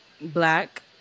black